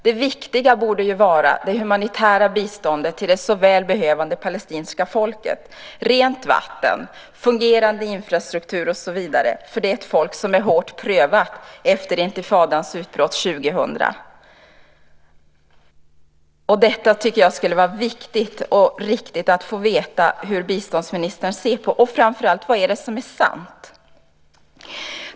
Det viktiga borde ju vara det humanitära biståndet till det så väl behövande palestinska folket, rent vatten, fungerande infrastruktur och så vidare, för det är ett folk som är hårt prövat efter intifadans utbrott 2000. Jag tycker att det skulle vara viktigt och riktigt att få veta hur biståndsministern ser på det här, och framför allt: Vad är det som är sant?